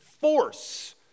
force